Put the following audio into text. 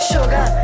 Sugar